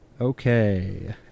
Okay